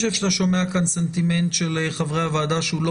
אני חושב שאתה שומע כאן סנטימנט של חברי הוועדה שהוא לא